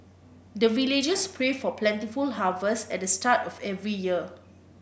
the villagers pray for plentiful harvest at the start of every year